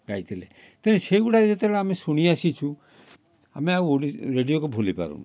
ଗାଇଥିଲେ ତେଣୁ ସେଇଗୁଡ଼ା ଯେତେବେଳେ ଆମେ ଶୁଣି ଆସିଛୁ ଆମେ ଆଉ ଓଡ଼ି ରେଡ଼ିଓକୁ ଭୁଲି ପାରୁନୁ